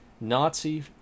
Nazi